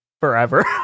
forever